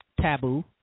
taboo